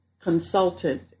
Consultant